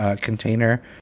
container